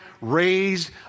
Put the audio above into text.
raised